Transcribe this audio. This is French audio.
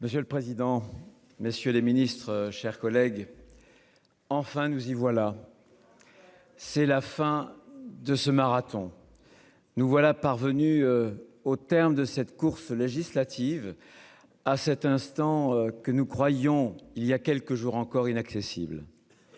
Monsieur le président. Messieurs les Ministres, chers collègues. Enfin, nous y voilà. C'est la fin de ce marathon. Nous voilà parvenu au terme de cette course législative. À cet instant que nous croyons, il y a quelques jours encore inaccessible.